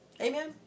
Amen